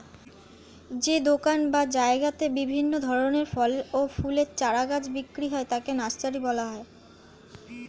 যে দোকান বা জায়গাতে বিভিন্ন ধরনের ফলের ও ফুলের চারা গাছ বিক্রি হয় তাকে নার্সারি বলা হয়